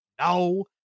No